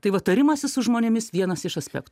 tai vat tarimasis su žmonėmis vienas iš aspektų